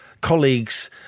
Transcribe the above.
colleagues